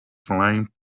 flying